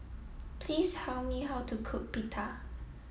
please how me how to cook Pita